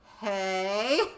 hey